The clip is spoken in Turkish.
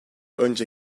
önce